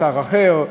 לשר אחר,